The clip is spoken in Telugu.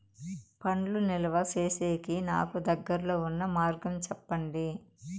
పండ్లు నిలువ సేసేకి నాకు దగ్గర్లో ఉన్న మార్గం చెప్పండి?